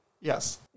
Yes